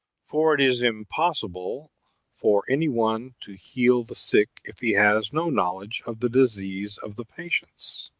for it is impossible for any one to heal the sick, if he has no knowledge of the disease of the patients.